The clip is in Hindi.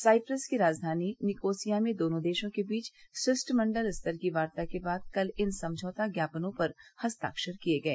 साइप्रस की राजधानी निकोसिया में दोनों देशों के बीच शिष्टमंडल स्तर की वार्ता के बाद कल इन समझौता ज्ञापनों का हस्ताक्षर किए गए